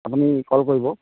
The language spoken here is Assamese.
আপুনি কল কৰিব